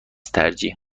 ترجیح